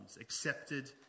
accepted